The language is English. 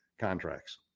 contracts